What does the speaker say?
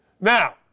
Now